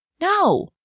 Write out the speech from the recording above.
No